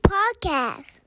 Podcast